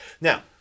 Now